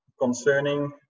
concerning